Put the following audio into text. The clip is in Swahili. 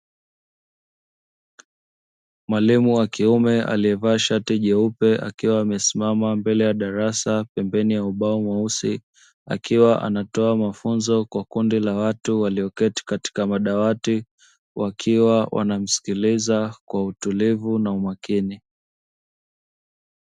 Mwalimu wa kiume aliyevaa shati jeupe, akiwa amesimama mbele ya darasa, pembeni ya ubao mweusi, akiwa anatoa mafunzo kwa kundi la watu walioketi katika madawati, wakiwa wanamsikiliza kwa utulivu na umakini.